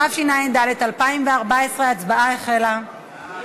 התשע"ד 2014. ההצבעה החלה.